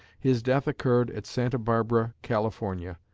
his death occurred at santa barbara, california,